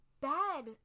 bad